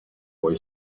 boy